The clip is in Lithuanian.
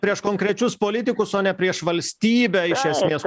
prieš konkrečius politikus o ne prieš valstybę iš esmės